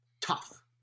tough